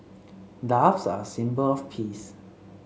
doves are a symbol of peace